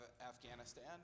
Afghanistan